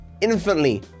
infinitely